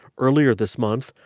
earlier this month,